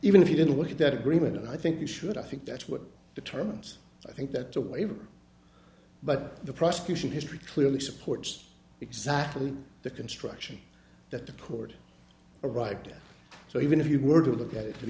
even if you didn't look at that agreement and i think you should i think that's what determines i think that the waiver but the prosecution history clearly supports exactly the construction that the court arrived at so even if you were to look at it